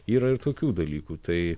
yra ir tokių dalykų tai